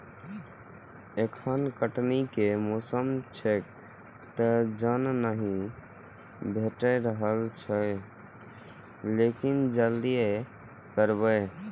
एखन कटनी के मौसम छैक, तें जन नहि भेटि रहल छैक, लेकिन जल्दिए करबै